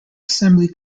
assembly